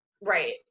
Right